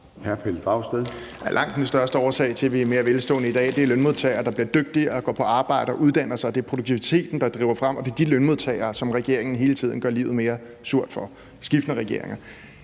Pelle Dragsted (EL): Langt den vigtigste årsag til, at vi er mere velstående i dag, er, at lønmodtagere bliver dygtigere, går på arbejde og uddanner sig – det er produktiviteten, der driver det frem – og det er de lønmodtagere, som skiftende regeringer hele tiden gør livet mere surt for. Men det var